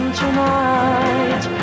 tonight